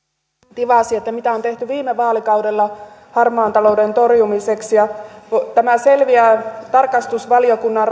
tivasi että mitä on tehty viime vaalikaudella harmaan talouden torjumiseksi tämä selviää tarkastusvaliokunnan